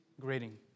greeting